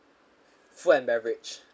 food and beverage